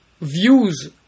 views